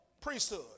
priesthood